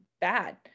bad